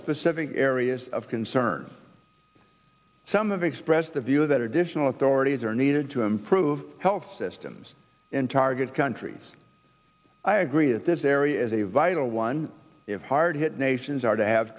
specific areas of concern some of expressed the view that additional authorities are needed to improve health systems in target countries i agree that this area is a vital one hard hit nations are to have